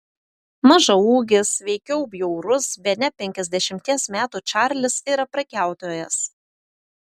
mažaūgis veikiau bjaurus bene penkiasdešimties metų čarlis yra prekiautojas